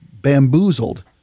bamboozled-